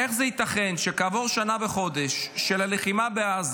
איך זה ייתכן שכעבור שנה וחודש של הלחימה בעזה,